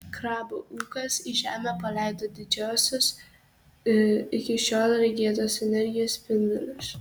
krabo ūkas į žemę paleido didžiausios iki šiol regėtos energijos spindulius